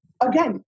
again